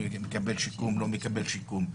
הוא מקבל שיקום או לא מקבל שיקום.